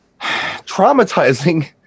traumatizing